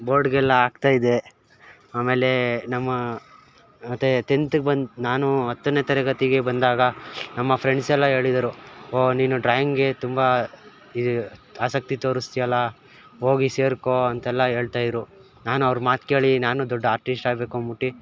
ಬೋರ್ಡಿಗೆಲ್ಲ ಹಾಕ್ತಾಯಿದ್ದೆ ಆಮೇಲೆ ನಮ್ಮ ಮತ್ತು ಟೆಂತಗ್ ಬಂದು ನಾನು ಹತ್ತನೇ ತರಗತಿಗೆ ಬಂದಾಗ ನಮ್ಮ ಫ್ರೆಂಡ್ಸೆಲ್ಲ ಹೇಳಿದರು ಓ ನೀನು ಡ್ರಾಯಿಂಗೆ ತುಂಬ ಈ ಆಸಕ್ತಿ ತೋರಸ್ತಿ ಅಲಾ ಹೋಗಿ ಸೇರ್ಕೋ ಅಂತೆಲ್ಲ ಹೇಳ್ತಾಯಿದ್ರು ನಾನು ಅವ್ರ ಮಾತು ಕೇಳಿ ನಾನು ದೊಡ್ಡ ಆರ್ಟಿಸ್ಟ್ ಆಗಬೇಕು ಅಂದ್ಬಿಟ್ಟು